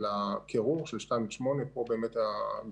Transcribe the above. אלא קירור של 8-2. גם פה,